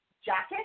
jacket